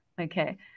Okay